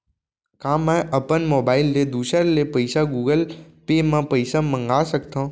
का मैं अपन मोबाइल ले दूसर ले पइसा गूगल पे म पइसा मंगा सकथव?